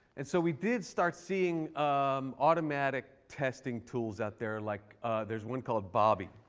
and so we did start seeing um automatic testing tools out there like there's one called bobby.